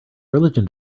religion